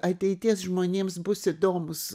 ateities žmonėms bus įdomūs